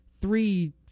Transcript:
three